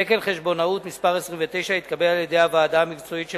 תקן חשבונאות מס' 29 התקבל על-ידי הוועדה המקצועית של